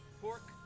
Pork